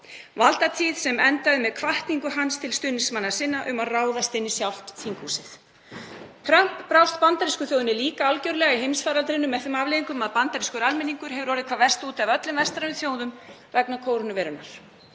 Valdatíð hans lauk með hvatningu hans til stuðningsmanna sinna um að ráðast inn í sjálft þinghúsið. Trump brást bandarísku þjóðinni líka algerlega í heimsfaraldrinum með þeim afleiðingum að bandarískur almenningur hefur orðið hvað verst úti af öllum vestrænum þjóðum vegna kórónuveirunnar.